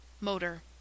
motor